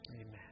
Amen